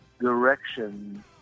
direction